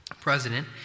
president